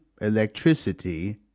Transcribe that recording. electricity